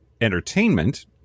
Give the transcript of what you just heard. entertainment